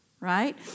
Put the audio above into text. Right